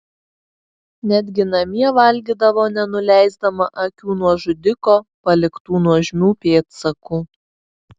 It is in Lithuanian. netgi namie valgydavo nenuleisdama akių nuo žudiko paliktų nuožmių pėdsakų